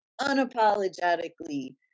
unapologetically